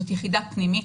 זאת יחידה פנימית,